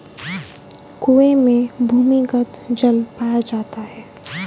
कुएं में भूमिगत जल पाया जाता है